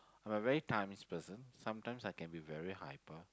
I'm a very times person sometimes I can be very hyper